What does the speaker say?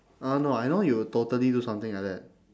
I don't know I know you will totally do something like that